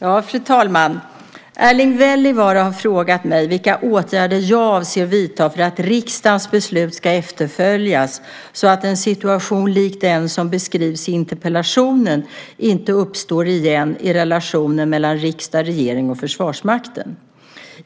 Fru talman! Erling Wälivaara har frågat mig vilka åtgärder jag avser att vidta för att riksdagens beslut ska efterföljas så att en situation lik den som beskrivs i interpellationen inte uppstår igen i relationen mellan riksdag, regering och Försvarsmakten.